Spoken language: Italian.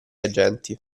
agenti